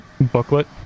booklet